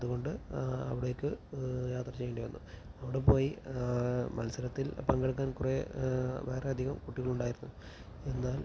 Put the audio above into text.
അതുകൊണ്ട് അവിടേക്ക് യാത്ര ചെയ്യേണ്ടി വന്നു അവിടെ പോയി മത്സരത്തിൽ പങ്കെടുക്കാൻ കുറേ വേറെ അധികം കുട്ടികളുണ്ടായിരുന്നു എന്നാൽ